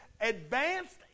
advanced